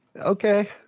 Okay